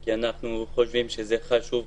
כי אנחנו חושבים שזה חשוב מאוד.